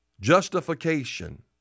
Justification